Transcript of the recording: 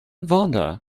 vonda